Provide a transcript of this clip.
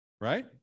right